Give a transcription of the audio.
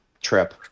trip